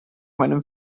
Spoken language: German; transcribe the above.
meinem